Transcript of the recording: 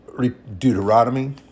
Deuteronomy